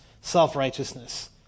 self-righteousness